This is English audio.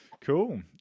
Cool